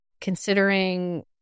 considering